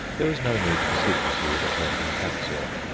there was no need for secrecy with a person of that sort.